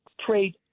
trade